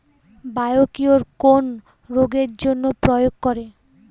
Biocure কোন রোগেরজন্য প্রয়োগ করে?